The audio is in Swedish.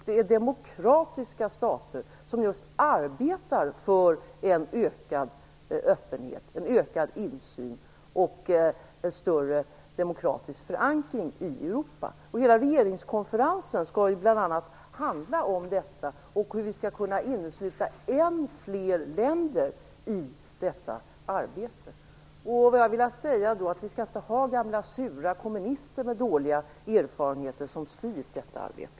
Det är demokratiska stater som just arbetar för en ökad öppenhet, en ökad insyn och en större demokratisk förankring i Europa. Regeringskonferensen skall ju bl.a. handla om detta och om hur vi skall kunna innesluta ännu fler länder i detta arbete. Det skall inte vara gamla sura kommunister med dåliga erfarenheter som styr detta arbete.